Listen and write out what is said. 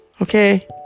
Okay